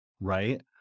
right